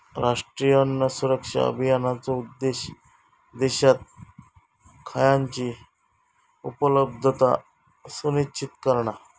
राष्ट्रीय अन्न सुरक्षा अभियानाचो उद्देश्य देशात खयानची उपलब्धता सुनिश्चित करणा